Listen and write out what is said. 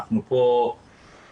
אנחנו פה בזום,